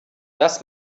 das